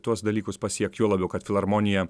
tuos dalykus pasiekt juo labiau kad filharmonija